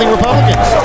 Republicans